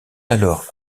alors